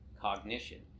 cognition